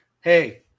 hey